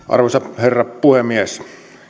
arvoisa herra puhemies